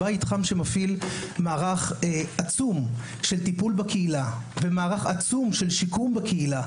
בית חם מפעיל מערך עצום של טיפול בקהילה ושל שיקום בקהילה.